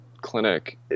clinic